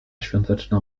świąteczna